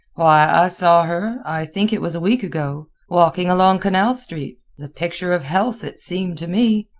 why, i saw her i think it was a week ago walking along canal street, the picture of health, it seemed to me.